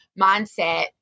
mindset